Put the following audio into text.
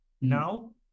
Now